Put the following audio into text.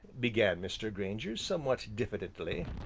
began mr. grainger, somewhat diffidently,